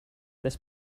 this